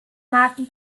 magen